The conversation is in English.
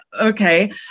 okay